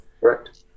Correct